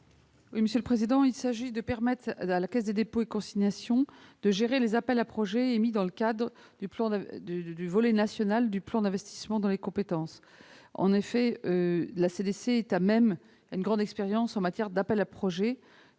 a pour objet de permettre à la Caisse des dépôts et consignations, la CDC, de gérer les appels à projets émis dans le cadre du volet national du plan d'investissement dans les compétences. En effet, la CDC a une grande expérience en matière d'appels à projets